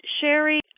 Sherry